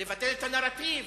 לבטל את הנרטיב.